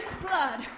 blood